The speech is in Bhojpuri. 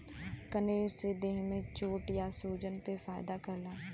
कनेर से देह में चोट या सूजन से फायदा रहला